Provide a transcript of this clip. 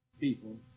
people